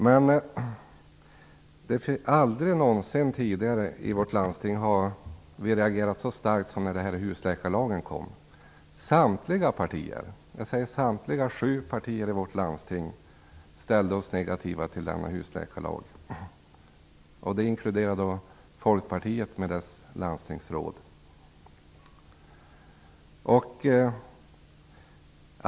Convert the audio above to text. Men aldrig någonsin tidigare i vårt landsting har vi reagerat så starkt som när husläkarlagen kom. Samtliga sju partier i vårt landsting ställde sig negativa till denna husläkarlag. Det inkluderade Folkpartiet, med dess landstingsråd.